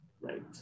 Right